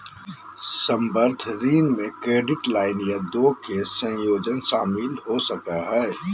संबंद्ध ऋण में क्रेडिट लाइन या दो के संयोजन शामिल हो सको हइ